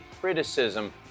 criticism